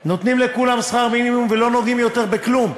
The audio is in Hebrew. נותנים לכולם שכר מינימום ולא נוגעים יותר בכלום,